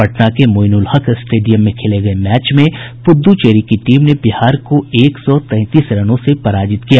पटना के मोईनुलहक स्टेडियम में खेले गये मैच में पुद्दुचेरी की टीम ने बिहार को एक सौ तैंतीस रनों से पराजित कर दिया